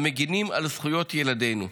המגינים על זכויות ילדינו,